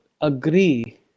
agree